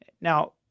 Now